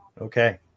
Okay